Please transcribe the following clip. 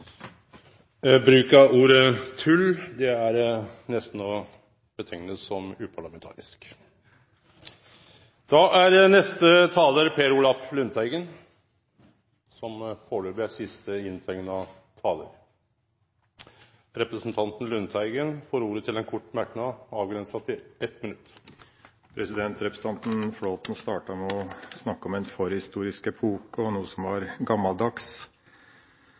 Bruk av ordet «tull» er nesten å rekne som uparlamentarisk. Representanten Per Olaf Lundteigen har hatt ordet to gonger tidligare og får ordet til ein kort merknad, avgrensa til 1 minutt. Representanten Flåtten startet med å snakke om en forhistorisk epoke og noe som var